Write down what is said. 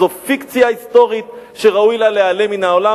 זאת פיקציה היסטורית שראוי לה להיעלם מהעולם,